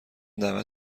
دعوت